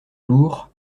lourds